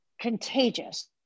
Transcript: contagious